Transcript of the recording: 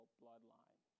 bloodline